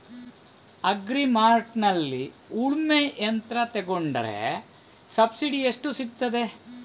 Agri ಮಾರ್ಟ್ನಲ್ಲಿ ಉಳ್ಮೆ ಯಂತ್ರ ತೆಕೊಂಡ್ರೆ ಸಬ್ಸಿಡಿ ಎಷ್ಟು ಸಿಕ್ತಾದೆ?